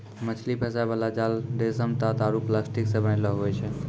मछली फसाय बाला जाल रेशम, तात आरु प्लास्टिक से बनैलो हुवै छै